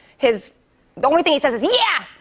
his the only thing he says is, yeah!